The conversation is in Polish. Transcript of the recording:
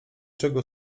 czego